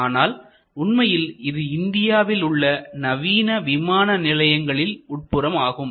ஆனால் உண்மையில் இது இந்தியாவில் உள்ள நவீன விமான நிலையங்களில் உள்புறம் ஆகும்